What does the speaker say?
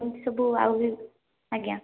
ଏ ସବୁ ଆହୁରି ଆଜ୍ଞା